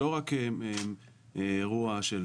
לא רק אירוע של